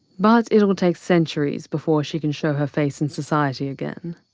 but it'll take centuries before she can show her face in society again.